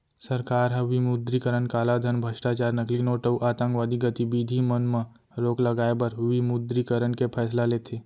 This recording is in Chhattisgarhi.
सरकार ह विमुद्रीकरन कालाधन, भस्टाचार, नकली नोट अउ आंतकवादी गतिबिधि मन म रोक लगाए बर विमुद्रीकरन के फैसला लेथे